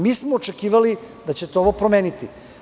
Mi smo očekivali da ćete ovo promeniti.